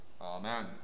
Amen